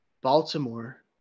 Baltimore